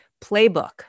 playbook